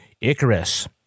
Icarus